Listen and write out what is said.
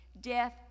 Death